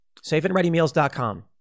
SafeAndReadyMeals.com